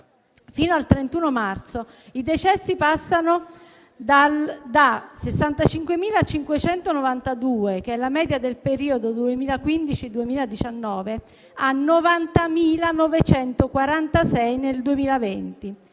fino al 31 marzo, i decessi passano da 65.592, che è la media del periodo 2015-2019, a 90.946 nel 2020.